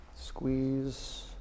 Squeeze